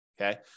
Okay